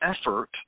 effort